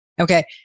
okay